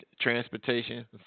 transportation